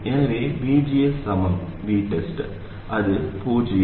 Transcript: எனவே VGS சமம் VTEST அது 0 VTEST ஆகும்